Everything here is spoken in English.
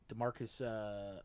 DeMarcus